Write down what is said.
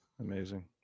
Amazing